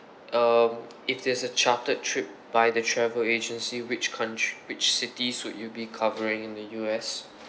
um if there's a chartered trip by the travel agency which count~ which cities would you be covering in the U_S